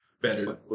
better